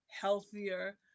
healthier